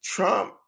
Trump